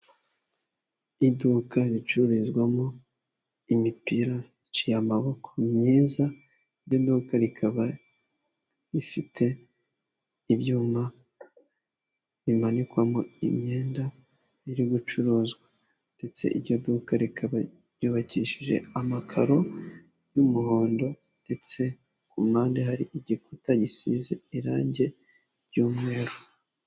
Iduka ricururizwamo imipira iciye amaboko myiza, iduka rikaba rifite ibyuma bimanikwamo imyenda, iri gucuruzwa ndetse iryo duka rikaba ryubakishije amakaro, y'umuhondo ndetse ku mpande hari igikuta gisize irangi ry'umweru.